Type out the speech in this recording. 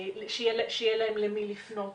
שיהיה להם למי לפנות.